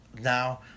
Now